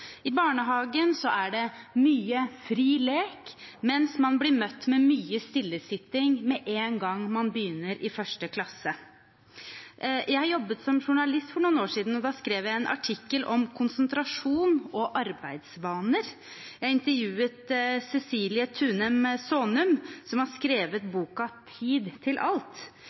I barnehagen er det mye fri lek, mens man blir møtt med mye stillesitting med en gang man begynner i 1. klasse. Jeg jobbet som journalist for noen år siden, og da skrev jeg en artikkel om konsentrasjon og arbeidsvaner. Jeg intervjuet Cecilie Thunem-Saanum, som har skrevet boken «Tid til alt».